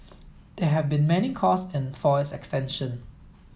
there have been many calls for its extension